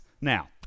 Now